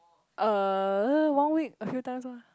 uh one week a few times lah